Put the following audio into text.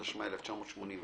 התשמ"א-1981,